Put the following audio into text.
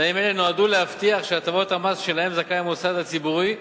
תנאים אלה נועדו להבטיח שהטבות המס שלהן זכאי המוסד הציבורי ישמשו,